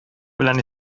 белән